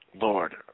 Lord